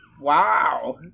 Wow